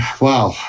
Wow